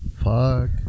Fuck